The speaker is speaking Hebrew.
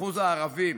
אחוז הערבים